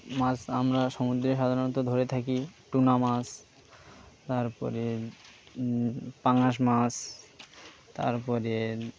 মাছ আমরা সমুদ্রে সাধারণত ধরে থাকি টুনা মাছ তারপরে পাঙাস মাছ তারপরে